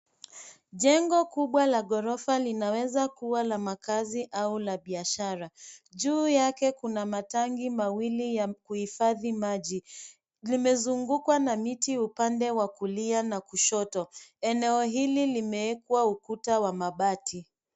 Jengo kubwa la ghorofa linaweza kuwa la makazi au la biashara. Juu yake kuna matangi mawili ya kuhifadhi maji. Limezungukwa na miti upande wa kulia na kushoto. Eneo hili limeekwa ukuta wa mabati.